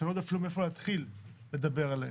שאני לא יודע אפילו מאיפה להתחיל לדבר עליהן.